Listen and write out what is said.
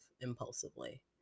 impulsively